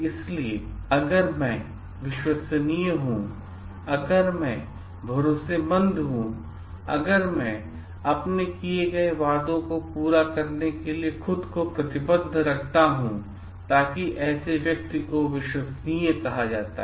इसलिए अगर मैं विश्वसनीय हूं अगर मैं भरोसेमंद हूं अगर मैं अपने किए गए वादों को पूरा करने के लिए खुद को प्रतिबद्ध रखता हूं ताकि ऐसे व्यक्ति को विश्वसनीय कहा जाता है